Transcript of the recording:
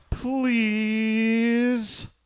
Please